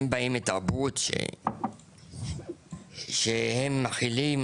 הם באים מתרבות שהם מכילים